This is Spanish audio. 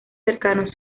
cercanos